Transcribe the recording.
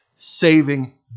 saving